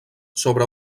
sobre